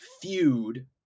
feud